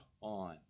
on